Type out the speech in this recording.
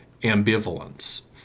ambivalence